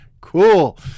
Cool